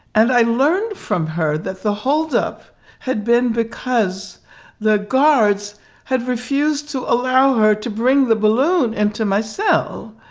and i learned from her that the holdup had been because the guards had refused to allow her to bring the balloon into my cell.